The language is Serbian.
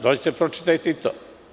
Dođite, pročitajte i to.